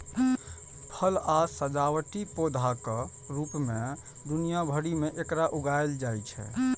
फल आ सजावटी पौधाक रूप मे दुनिया भरि मे एकरा उगायल जाइ छै